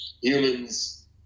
humans